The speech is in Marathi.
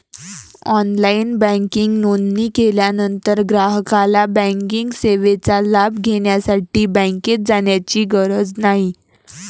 ऑनलाइन बँकिंग नोंदणी केल्यानंतर ग्राहकाला बँकिंग सेवेचा लाभ घेण्यासाठी बँकेत जाण्याची गरज नाही